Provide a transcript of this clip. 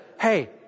hey